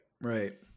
Right